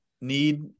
need